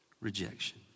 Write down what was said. rejection